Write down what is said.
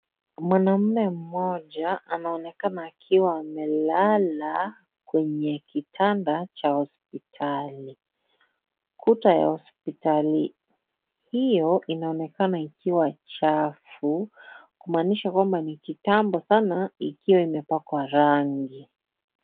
Mwanamme mmoja anaonekana akiwa amelala kwenye kitanda cha hospitali. Kuta ya hospitali hiyo inaonekana ikiwa chafu, kumaanisha kwamba ni kitambo sana ikiwa imepakwa rangi.